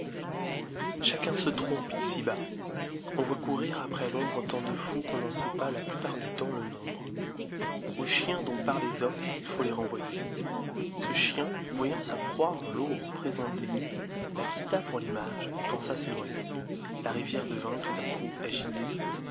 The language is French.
jhacun se trompe ici-bas on voit courir après l'ombre tant de fous qu'on n'en sait pas la plupart du temps le nombre au cliien dont parle esope il faut les renvoyer ce cliien voyant sa proie en l'eau représentée la quitta pouv l'image et pensa se noyer la rivière devint tout d'un coup agitée